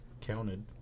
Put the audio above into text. counted